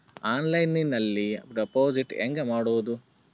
ಆನ್ಲೈನ್ನಲ್ಲಿ ಡೆಪಾಜಿಟ್ ಹೆಂಗ್ ಮಾಡುದು?